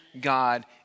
God